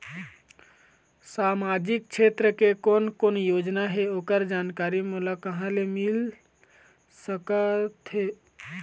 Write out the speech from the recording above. सामाजिक क्षेत्र के कोन कोन योजना हे ओकर जानकारी मोला कहा ले मिल सका थे?